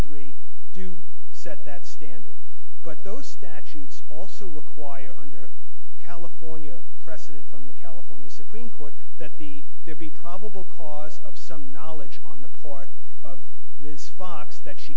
three do set that standard but those statutes also require under california precedent from the california supreme court that the there be probable cause of some knowledge on the part of ms fox that she